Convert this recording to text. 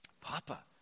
Papa